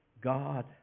God